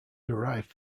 derived